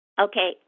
Okay